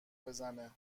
بزنه